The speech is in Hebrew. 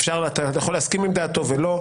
אתה יכול להסכים עם דעתו או לא.